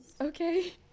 Okay